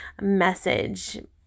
message